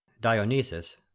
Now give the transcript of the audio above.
Dionysus